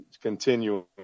continuing